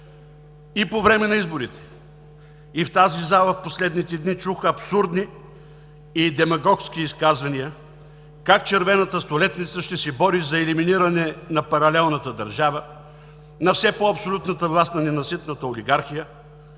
И по време на изборите, и в тази зала в последните дни чух абсурдни и демагогски изказвания как червената столетница ще се бори за елиминиране на паралелната държава, на все по-абсолютната власт на ненаситната олигархия.